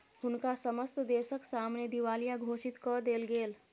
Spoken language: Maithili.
हुनका समस्त देसक सामने दिवालिया घोषित कय देल गेल